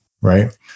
right